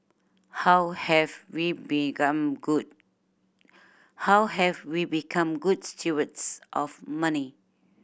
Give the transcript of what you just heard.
how have we become good how have we become good stewards of money